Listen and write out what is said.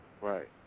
Right